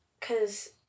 cause